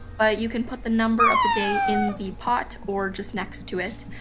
but you can put the number of the day in the pot, or just next to it.